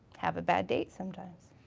have a bad date sometimes.